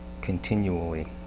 continually